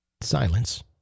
Silence